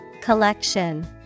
Collection